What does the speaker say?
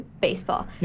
baseball